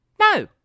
No